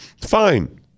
fine